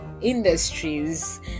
industries